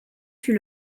fut